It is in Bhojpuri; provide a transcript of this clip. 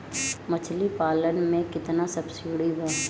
मछली पालन मे केतना सबसिडी बा?